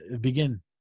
begin